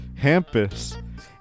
Hampus